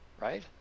right